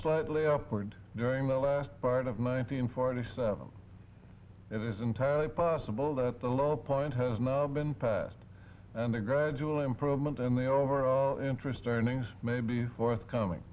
slightly upward during the last part of nineteen forty seven and it's entirely possible that the low point has not been passed and a gradual improvement in the over all interest earnings may be forthcoming